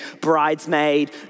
bridesmaid